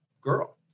girl